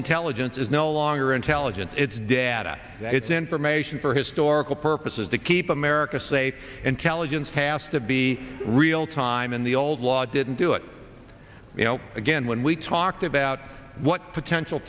intelligence is no longer intelligence it's data it's information for historical purposes to keep america safe intelligence hasta be real time in the old law didn't do it you know again when we talked about what potential